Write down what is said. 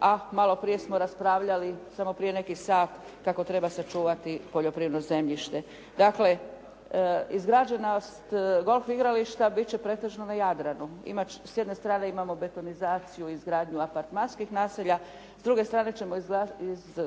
a malo prije smo raspravljali, samo prije neki sat kako treba sačuvati poljoprivredno zemljište. Dakle, izgrađenost golf igrališta bit će pretežno na Jadranu. S jedne strane imamo betonizaciju i izgradnju apartmanskih naselja. S druge strane ćemo